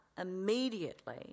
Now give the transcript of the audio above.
immediately